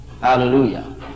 Hallelujah